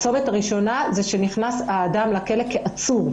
הצומת הראשונה היא כאשר נכנס האדם לכלא כעצור.